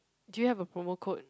do you have a promo code